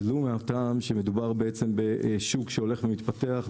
ולו מהטעם שמדובר בשוק שהולך ומתפתח,